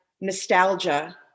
nostalgia